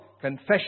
confession